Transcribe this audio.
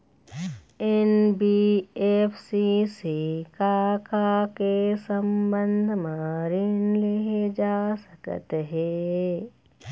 NBFC से का का के संबंध म ऋण लेहे जा सकत हे?